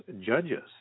judges